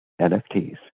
NFTs